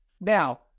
Now